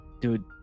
dude